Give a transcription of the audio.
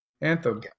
anthem